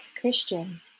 christian